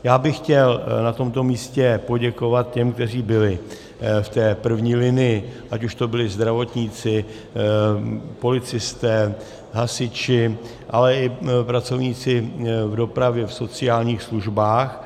Já bych chtěl na tomto místě poděkovat těm, kteří byli v první linii, ať už to byli zdravotníci, policisté, hasiči, ale i pracovníci v dopravě, v sociálních službách.